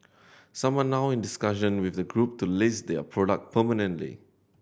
some are now in discussion with the Group to list their product permanently